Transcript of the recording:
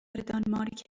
دانمارک